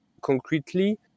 concretely